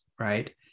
right